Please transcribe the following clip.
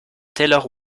taylor